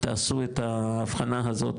תעשו את ההבחנה הזאת,